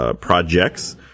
projects